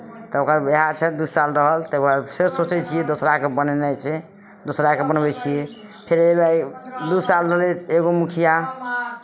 तकर इएह छै दू साल रहल ताहिके बाद सोचै छियै दोसराकेँ बनेनाइ छै दोसराकेँ बनबै छियै फेर ओहिमे दू साल रहलै एगो मुखिया